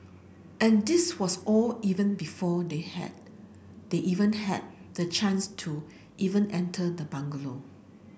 and this was all even before they had they even had the chance to even enter the bungalow